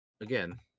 again